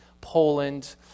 Poland